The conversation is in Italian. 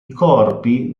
corpi